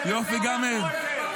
יופי, גם הם.